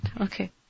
Okay